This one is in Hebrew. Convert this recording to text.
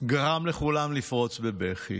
גרם לכולם לפרוץ בבכי.